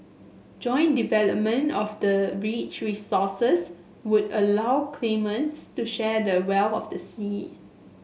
joint development of the rich resources would allow claimants to share the wealth of the sea